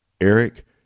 Eric